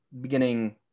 beginning